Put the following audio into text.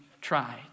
try